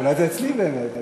אולי זה אצלי באמת.